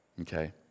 Okay